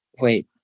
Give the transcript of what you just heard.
Wait